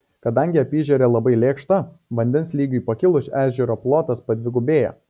kadangi apyežerė labai lėkšta vandens lygiui pakilus ežero plotas padvigubėja